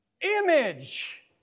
image